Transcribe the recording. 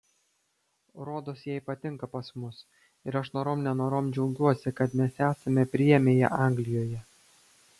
rodosi jai patinka pas mus ir aš norom nenorom džiaugiuosi kad mes esame priėmę ją anglijoje